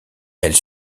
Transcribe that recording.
elle